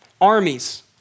armies